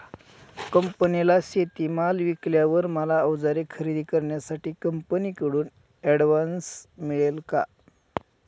कंपनीला शेतीमाल विकल्यावर मला औजारे खरेदी करण्यासाठी कंपनीकडून ऍडव्हान्स मिळेल का?